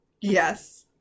Yes